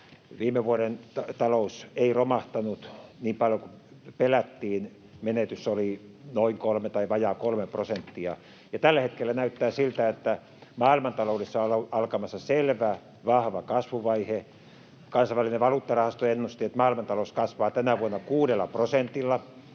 Viime vuoden talous ei romahtanut niin paljon kuin pelättiin, menetys oli vajaa 3 prosenttia. Tällä hetkellä näyttää siltä, että maailmantaloudessa on alkamassa selvä vahva kasvuvaihe. Kansainvälinen valuuttarahasto ennusti, että maailmantalous kasvaa tänä vuonna 6 prosentilla.